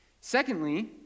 Secondly